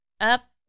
up